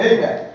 Amen